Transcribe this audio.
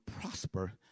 prosper